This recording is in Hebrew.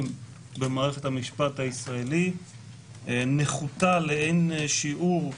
במערכת המשפט הישראלית נחות לאין שיעור,